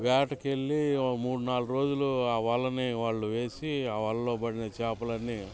వేటకెళ్ళి ఓ మూడు నాలాగు రోజులు ఆ వలని వాళ్ళు వేసి ఆ వలలో పడిన చాపలన్నీ